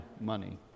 money